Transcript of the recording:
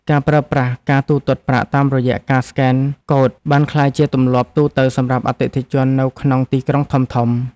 ការប្រើប្រាស់ការទូទាត់ប្រាក់តាមរយៈការស្កេនកូដបានក្លាយជាទម្លាប់ទូទៅសម្រាប់អតិថិជននៅក្នុងទីក្រុងធំៗ។